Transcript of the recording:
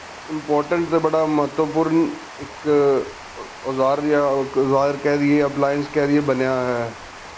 important ਅਤੇ ਬੜਾ ਮਹੱਤਵਪੂਰਨ ਇੱਕ ਔਜ਼ਾਰ ਜਾਂ ਔਜ਼ਾਰ ਕਹਿ ਦਈਏ ਅਪਲਾਈਸ ਕਹਿ ਦਈਏ ਬਣਿਆ ਹੋਇਆ ਹੈ